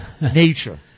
nature